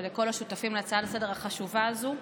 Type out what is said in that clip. ולכל השותפים להצעה לסדר-היום החשובה הזו.